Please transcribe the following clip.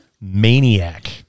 Maniac